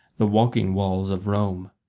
the walking walls of rome.